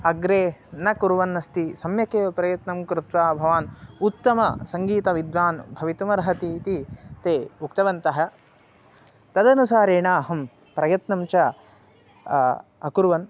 अग्रे न कुर्वन्नस्ति सम्यक् एव प्रयत्नं कृत्वा भवान् उत्तमसङ्गीतविद्वान् भवितुमर्हति इति ते उक्तवन्तः तदनुसारेण अहं प्रयत्नं च अकुर्वन्